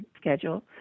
schedule